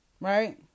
Right